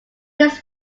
his